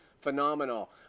phenomenal